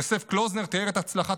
יוסף קלאוזנר תיאר את הצלחת